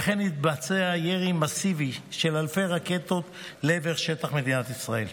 וכן התבצע ירי מסיבי של אלפי רקטות לעבר שטח מדינת ישראל.